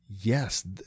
Yes